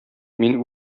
мин